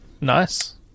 Nice